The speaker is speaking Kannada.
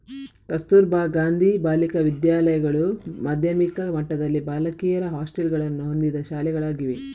ಕಸ್ತೂರಬಾ ಗಾಂಧಿ ಬಾಲಿಕಾ ವಿದ್ಯಾಲಯಗಳು ಮಾಧ್ಯಮಿಕ ಮಟ್ಟದಲ್ಲಿ ಬಾಲಕಿಯರ ಹಾಸ್ಟೆಲುಗಳನ್ನು ಹೊಂದಿದ ಶಾಲೆಗಳಾಗಿವೆ